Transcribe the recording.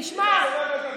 תשמעו,